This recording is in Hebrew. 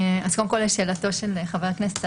אז קודם כל לשאלתו של חבר הכנסת סעדי,